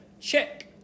Check